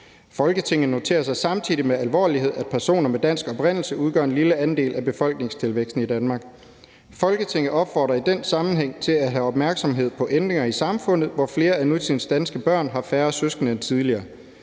Folketinget noterer sig samtidig med alvorlighed, at personer med dansk oprindelse udgør en lille andel af befolkningstilvæksten i Danmark. Folketinget opfordrer i den sammenhæng til at have opmærksomhed på ændringer i samfundet, hvor flere af nutidens danske børn har færre søskende end tidligere.